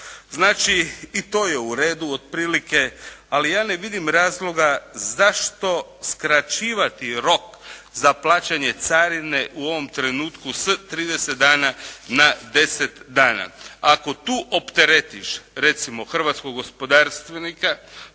Znači, i to je u redu otprilike, ali ja ne vidim razloga zašto skraćivati rok za plaćanje carine u ovom trenutku s 30 dana na 10 dana. Ako tu opteretiš recimo hrvatskog gospodarstvenika,